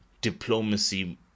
diplomacy